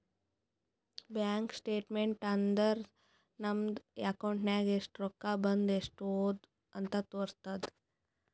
bank statement ಅಂದುರ್ ನಮ್ದು account ನಾಗ್ ಎಸ್ಟ್ ರೊಕ್ಕಾ ಬಂದು ಎಸ್ಟ್ ಹೋದು ಅಂತ್ ತೋರುಸ್ತುದ್